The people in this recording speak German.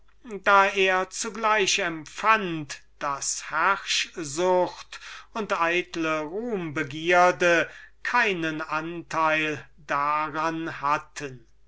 da er zugleich empfand daß herrschsucht und eitle ruhm-begierde keinen anteil daran hatten